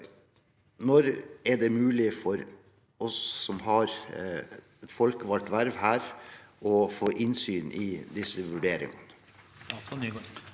Når er det mulig for oss som har et folkevalgt verv her, å få innsyn i disse vurderingene?